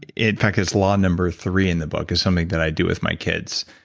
in fact, it's law number three in the book is something that i do with my kids.